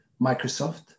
Microsoft